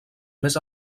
més